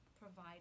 provide